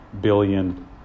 billion